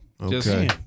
Okay